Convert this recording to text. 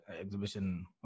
exhibition